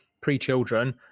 pre-children